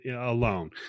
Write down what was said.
alone